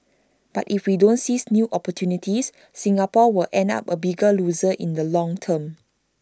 but if we don't seize new opportunities Singapore will end up A bigger loser in the long term